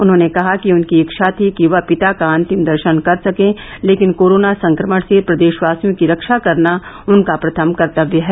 उन्होंने कहा कि उनकी इच्छा थी कि वह पिता के अन्तिम दर्शन कर सकें लेकिन कोरोना संक्रमण से प्रदेशवासियों की रक्षा करना उनका प्रथम कर्तव्य है